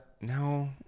No